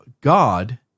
God